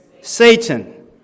Satan